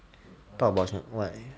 talk about some~ what